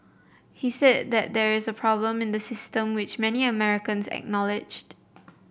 he said that there is a problem in the system which many Americans acknowledged